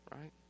right